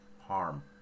harm